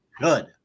Good